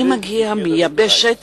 אני מגיע מיבשת